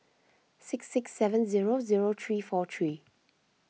six six seven zero zero three four three